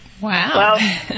Wow